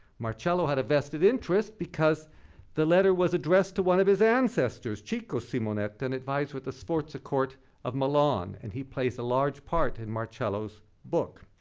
marcello had a vested interest, because the letter was addressed to one of his ancestors, cicco simonetta, an advisor with the sforza court of milan, and he plays a large part in marcello's book.